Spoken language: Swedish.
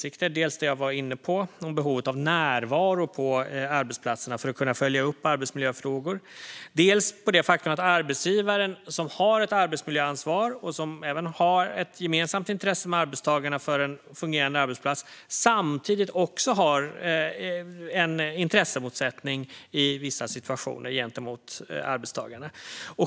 Det handlar om dels det jag var inne på, behovet av närvaro på arbetsplatserna för att kunna följa upp arbetsmiljöfrågor, dels det faktum att arbetsgivaren, som har ett arbetsmiljöansvar och även tillsammans med arbetstagarna ett gemensamt intresse av en fungerande arbetsplats, samtidigt i vissa situationer har en intressemotsättning gentemot arbetstagarna.